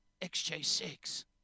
XJ6